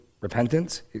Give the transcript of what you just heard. repentance